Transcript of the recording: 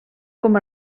com